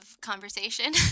conversation